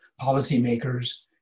policymakers